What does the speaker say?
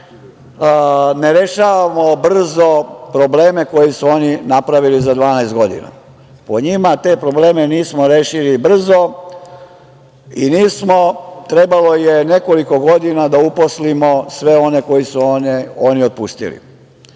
ne rešavamo brzo probleme koji su oni napravili za 12 godina. Po njima te probleme nismo rešili brzo i nismo. Trebalo je nekoliko godina da uposlimo sve one koji su oni otpustili.